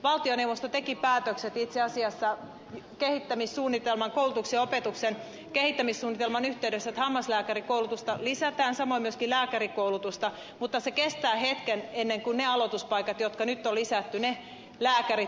valtioneuvosto teki päätökset itse asiassa koulutuksen ja opetuksen kehittämissuunnitelman yhteydessä että hammaslääkärikoulutusta lisätään samoin myöskin lääkärikoulutusta mutta se kestää hetken ennen kuin niihin aloituspaikkoihin jotka nyt on lisätty otetut opiskelijat valmistuvat